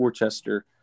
Worcester